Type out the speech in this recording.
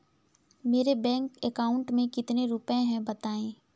मेरे bank account में कितने रुपए हैं बताएँ?